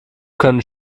können